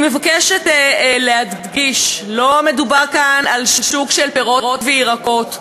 אני מבקשת להדגיש: לא מדובר כאן על שוק של פירות וירקות,